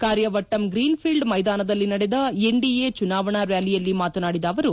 Karyavattom green field ಮೈದಾನದಲ್ಲಿ ನಡೆದ NDA ಚುನಾವಣಾ ರ್ಕಾಲಿಯಲ್ಲಿ ಮಾತನಾಡಿದ ಅವರು